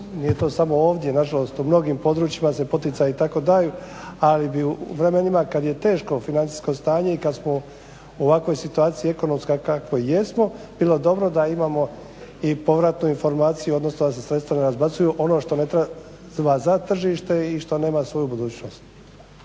nije to samo ovdje, nažalost u mnogim područjima se poticaji tako daju ali bi u vremenima kad je teško financijsko stanje i kad smo u ovakvoj situaciji ekonomskoj kakvoj jesmo bilo bi dobro da imamo i povratnu informaciju, odnosno da se sredstva ne razbacuju. Ono što ne treba za tržište i što nema svoju budućnost.